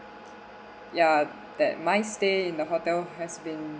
ya that my stay in the hotel has been